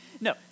No